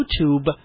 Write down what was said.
YouTube